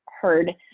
heard